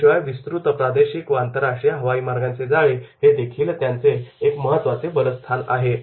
याशिवाय विस्तृत प्रादेशिक व आंतरराष्ट्रीय हवाईमार्गांचे जाळे हे देखील त्याचे एक महत्त्वाचे बलस्थान आहे